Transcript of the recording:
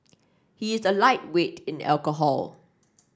he is a lightweight in alcohol